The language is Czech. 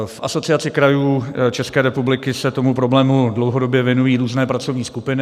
V Asociaci krajů České republiky se tomu problému dlouhodobě věnují různé pracovní skupiny.